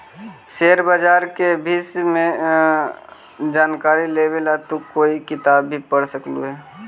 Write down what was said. share बाजार के विष्य में जानकारी लेवे ला तू कोई किताब भी पढ़ सकलू हे